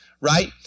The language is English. Right